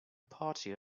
party